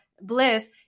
bliss